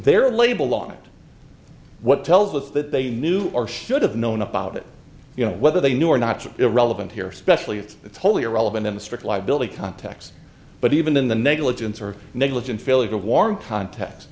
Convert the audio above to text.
their label on it what tells us that they knew or should have known about it you know whether they knew or not irrelevant here especially if it's wholly irrelevant in a strict liability context but even in the negligence or negligent failure of warm cont